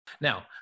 Now